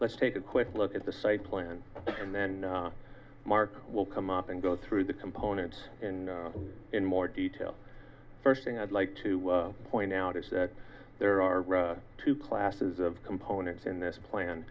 let's take a quick look at the site plan and then mark will come up and go through the components in in more detail first thing i'd like to point out is that there are two classes of components in this plan